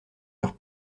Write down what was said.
leurs